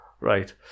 right